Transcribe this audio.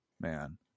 man